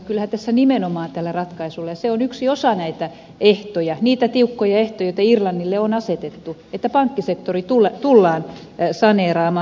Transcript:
kyllähän tässä nimenomaan tällä ratkaisulla saneerataan ja se on yksi osa näitä ehtoja niitä tiukkoja ehtoja joita irlannille on asetettu että pankkisektori tullaan saneeraamaan